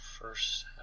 first